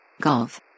Golf